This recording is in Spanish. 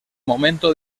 momento